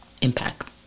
impact